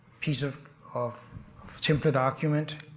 piece of of template argument,